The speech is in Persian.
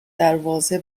دروازه